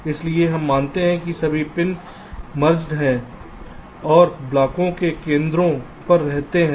इसलिए हम मानते हैं कि सभी पिन मरज़ेड है और ब्लॉकों के केंद्रों पर रहते हैं